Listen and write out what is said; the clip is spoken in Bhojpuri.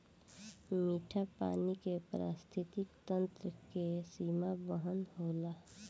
मीठा पानी के पारिस्थितिकी तंत्र के सीमा बरहन होला